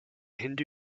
hindu